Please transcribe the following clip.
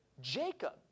Jacob